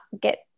get